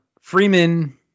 Freeman